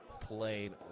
played